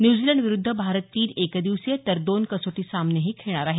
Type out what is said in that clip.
न्यूझीलंडविरुद्ध भारत तीन एकदिवसीय तर दोन कसोटी सामनेही खेळणार आहेत